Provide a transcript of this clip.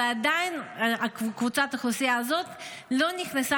ועדיין קבוצת האוכלוסייה הזאת לא נכנסה